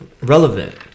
relevant